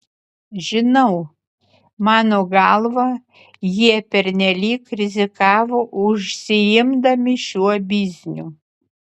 žinau mano galva jie pernelyg rizikavo užsiimdami šiuo bizniu